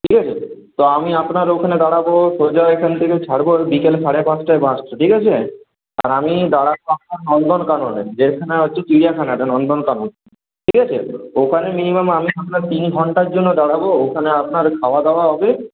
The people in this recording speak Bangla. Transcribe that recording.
ঠিক আছে তো আমি আপনার ওখানে দাঁড়াব সোজা এখান থেকে ছাড়ব বিকেল সাড়ে পাঁচটায় বাসটা ঠিক আছে আর আমি দাঁড়াব আপনার নন্দন কাননে যেখানে হচ্ছে চিড়িয়াখানাটা নন্দন কানন ঠিক আছে ওখানে মিনিমাম আমি আপনার তিন ঘণ্টার জন্য দাঁড়াব ওখানে আপনার খাওয়া দাওয়া হবে